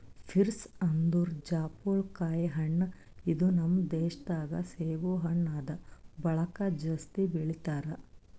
pears ಅಂದುರ್ ಜಾಪುಳಕಾಯಿ ಹಣ್ಣ ಇದು ನಮ್ ದೇಶ ದಾಗ್ ಸೇಬು ಹಣ್ಣ ಆದ್ ಬಳಕ್ ಜಾಸ್ತಿ ಬೆಳಿತಾರ್